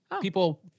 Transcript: People